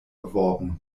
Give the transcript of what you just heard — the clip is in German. erworben